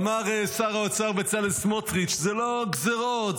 אמר שר האוצר בצלאל סמוטריץ': זה לא גזרות,